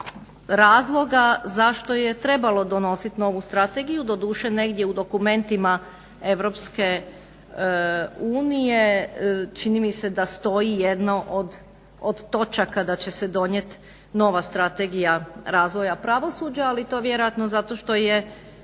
razloga zašto je trebalo donosit novu strategiju. Doduše, negdje u dokumentima EU čini mi se da stoji jedno od točaka da će se donijet nova Strategija razvoja pravosuđa. Ali to vjerojatno zato što je